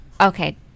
Okay